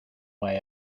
way